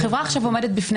חברה שעומדת בפני